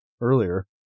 earlier